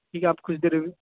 ٹھیک ہے آپ کچھ دیر